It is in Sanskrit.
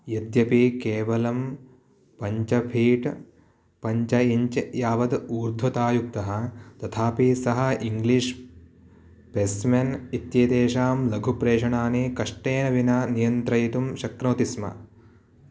यद्यपि केवलं पञ्च फीट् पञ्च इञ्च् यावत् ऊर्ध्वतायुक्तः तथापि सः इङ्ग्लीश् पेस्मेन् इत्येतेषां लघुप्रेषणानि कष्टेन विना नियन्त्रयितुं शक्नोति स्म